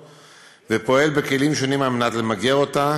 ופועל בכלים שונים למגר אותה,